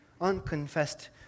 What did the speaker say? Unconfessed